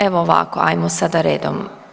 Evo ovako, ajmo sada redom.